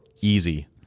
easy